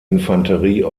infanterie